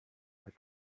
mit